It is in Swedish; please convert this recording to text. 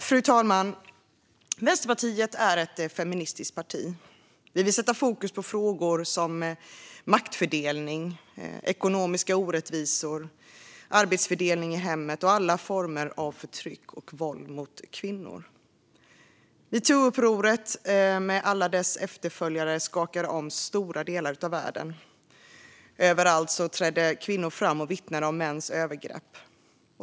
Fru talman! Vänsterpartiet är ett feministiskt parti. Vi vill sätta fokus på frågor som maktfördelning, ekonomiska orättvisor, arbetsfördelning i hemmet och alla former av förtryck och våld mot kvinnor. Metoo-uppropet och alla dess efterföljare skakade om stora delar av världen. Överallt trädde kvinnor fram och vittnade om mäns övergrepp.